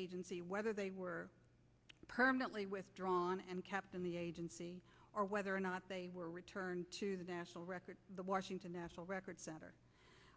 agency whether they were permanently withdrawn and kept in the agency or whether or not they were returned to the national record the washington national record